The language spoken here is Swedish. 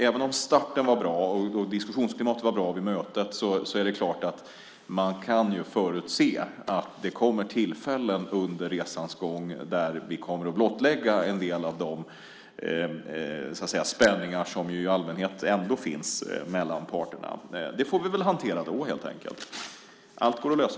Även om starten var bra och diskussionsklimatet var bra vid mötet kan man förutse att det kommer tillfällen under resans gång där vi kommer att blottlägga en del av de spänningar som i allmänhet ändå finns mellan parterna. Det får vi väl hantera då helt enkelt. Allt går att lösa.